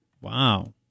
Wow